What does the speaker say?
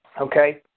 Okay